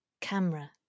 Camera